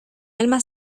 alma